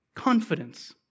confidence